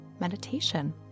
meditation